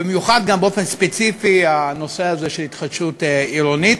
במיוחד בנושא הזה של התחדשות עירונית.